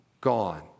gone